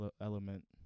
element